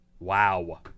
Wow